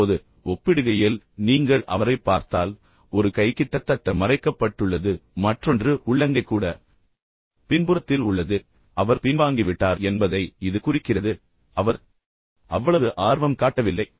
இப்போது ஒப்பிடுகையில் நீங்கள் அவரைப் பார்த்தால் ஒரு கை கிட்டத்தட்ட மறைக்கப்பட்டுள்ளது மற்றொன்று உள்ளங்கை கூட பின்புறத்தில் உள்ளது எனவே அவர் பின்வாங்கிவிட்டார் என்பதை இது குறிக்கிறது அவர் அவ்வளவு ஆர்வம் காட்டவில்லை